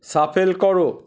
shuffle করো